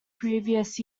previous